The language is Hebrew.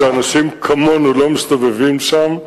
שאנשים כמונו לא מסתובבים שם,